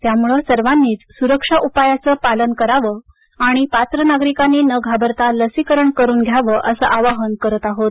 त्यामुळे सर्वानीच सुरक्षा उपायांचे पालन करावं आणि पात्र नागरिकांनी न घाबरता लसीकरण करून च्यावं असं आवाहन करत आहोत